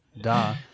da